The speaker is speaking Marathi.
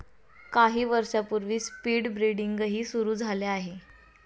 काही वर्षांपूर्वी स्पीड ब्रीडिंगही सुरू झाले आहे